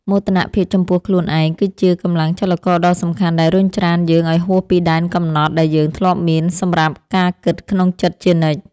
មោទនភាពចំពោះខ្លួនឯងគឺជាកម្លាំងចលករដ៏សំខាន់ដែលរុញច្រានយើងឱ្យហួសពីដែនកំណត់ដែលយើងធ្លាប់មានសម្រាប់ការគិតក្នុងចិត្តជានិច្ច។